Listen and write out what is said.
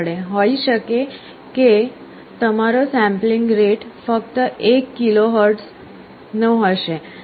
હોઈ શકે કે તમારો સેમ્પલિંગ રેટ ફક્ત 1 KHz નો હશે